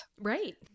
Right